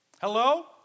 Hello